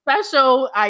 special